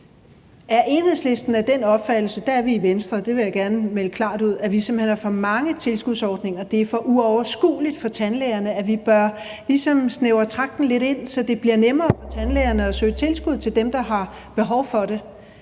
– det er vi i Venstre, vil jeg gerne melde klart ud – at vi simpelt hen har for mange tilskudsordninger, at det er for uoverskueligt for tandlægerne, og at vi ligesom bør snævre tragten lidt ind, så det bliver nemmere for tandlægerne at søge tilskud til dem, der har behov for det?